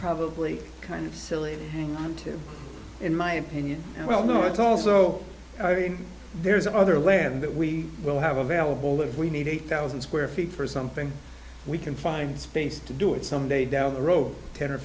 probably kind of silly hang on to in my opinion well no it's also there's other land that we will have available if we need eight thousand square feet for something we can find space to do it someday down the road ten or